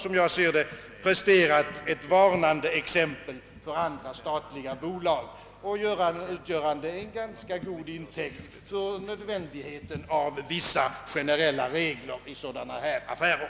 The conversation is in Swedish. Som jag ser det har man presterat ett varnande exempel för andra statliga bolag, ett exempel som utgör en ganska god intäkt för nödvändigheten av vissa generella regler i sådana här affärer.